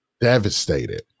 devastated